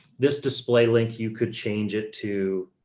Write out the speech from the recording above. this display link. you could change it to,